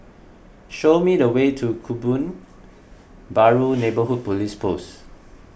show me the way to Kebun Baru Neighbourhood Police Post